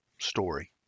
story